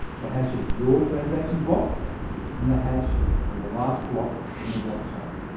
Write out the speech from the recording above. the hash of your transaction block and the hash of the last block on the blockchain.